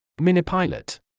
Minipilot